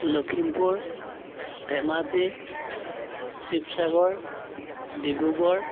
Lakhimpur Dhemaji Sivasagar Dibrugarh